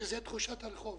שזה תחושת הרחוב.